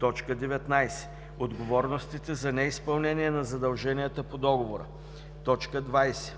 19. отговорностите за неизпълнение на задълженията по договора; 20.